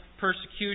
persecution